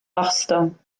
gostwng